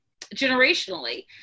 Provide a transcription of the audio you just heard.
generationally